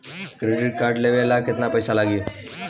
Debit card लेवे ला केतना पईसा लागी?